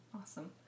awesome